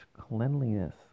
cleanliness